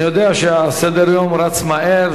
אני יודע שסדר-היום רץ מהר,